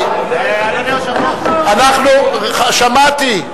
אדוני היושב-ראש, שמעתי.